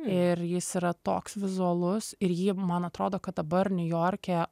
ir jis yra toks vizualus ir jį man atrodo kad dabar niujorke